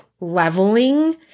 leveling